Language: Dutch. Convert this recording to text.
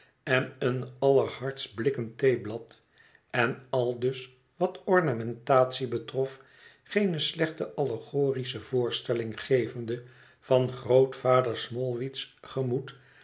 en een allerhardst blikken theeblad en aldus wat ornamentatie betrof geene slechte allegorische voorstelling gevende van grootvader smallweed's gemoed